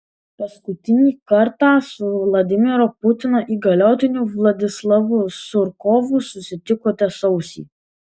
paskutinį kartą su vladimiro putino įgaliotiniu vladislavu surkovu susitikote sausį